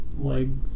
legs